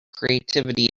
creativity